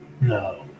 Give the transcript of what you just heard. No